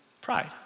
Pride